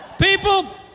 People